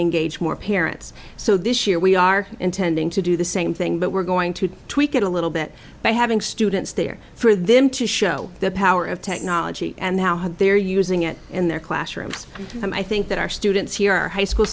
engage more parents so this year we are intending to do the same thing but we're going to tweak it a little bit by having students there for them to show the power of technology and how they're using it in their classrooms and i think that our students here are high school